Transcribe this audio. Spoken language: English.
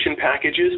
packages